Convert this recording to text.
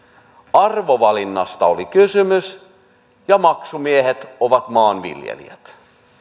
arvovalinnasta oli kysymys ja maksumiehinä ovat maanviljelijät